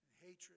hatred